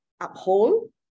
uphold